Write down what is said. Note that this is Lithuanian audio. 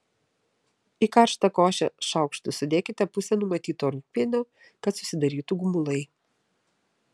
į karštą košę šaukštu sudėkite pusę numatyto rūgpienio kad susidarytų gumulai